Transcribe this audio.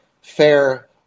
Fair